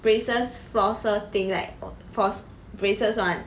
braces flosser thing like for braces one